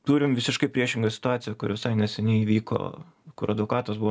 turim visiškai priešingą situaciją kur visai neseniai įvyko kur advokatas buvo